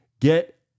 Get